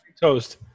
toast